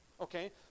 Okay